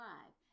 Live